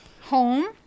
Home